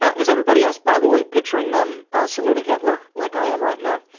is everybody else, by the way, picturing them saluting hitler like i am right now?